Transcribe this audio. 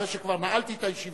אחרי שכבר נעלתי את הישיבה,